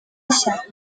nshya